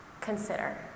consider